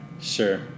Sure